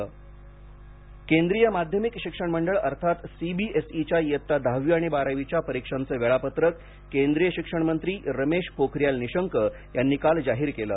CBSE परीक्षा केंद्रीय माध्यमिक शिक्षण मंडळ अर्थात सीबीएसई च्या इयत्ता दहावी आणि बारावीच्या परीक्षांचं वेळापत्रक केंद्रीय शिक्षण मंत्री रमेश पोखरियाल नीशंक यांनी काल जाहीर केलं